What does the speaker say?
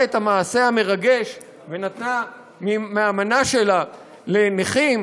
את המעשה המרגש ונתנה מהמנה שלה לנכים.